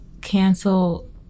cancel